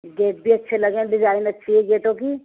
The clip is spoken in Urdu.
گیٹ بھی اچھے لگے ہیں ڈیزائن اچھی ہے گیٹوں کی